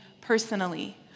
personally